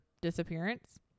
disappearance